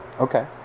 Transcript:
Okay